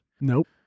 Nope